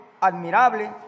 admirable